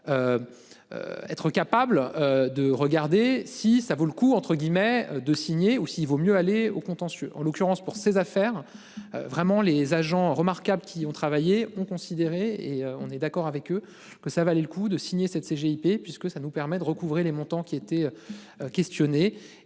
Être capable de regarder si ça vaut le coup entre guillemets de signer ou il vaut mieux aller au contentieux en l'occurrence pour ses affaires. Vraiment les agents remarquables qui ont travaillé, ont considéré et on est d'accord avec eux que ça valait le coup de signer cette CGIP puisque ça nous permet de recouvrer les montants qui était. Questionné